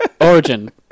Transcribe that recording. Origin